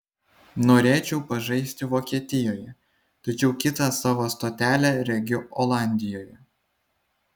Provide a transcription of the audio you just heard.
norėčiau pažaisti vokietijoje tačiau kitą savo stotelę regiu olandijoje